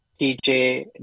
TJ